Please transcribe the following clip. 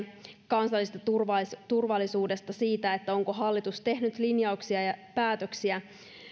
kansallisesta turvallisuudesta turvallisuudesta siitä onko hallitus tehnyt linjauksia ja päätöksiä